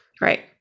Right